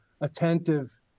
attentive